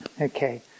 okay